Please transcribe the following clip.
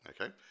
okay